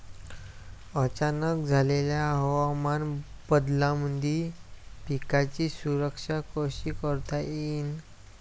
अचानक झालेल्या हवामान बदलामंदी पिकाची सुरक्षा कशी करता येईन?